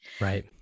Right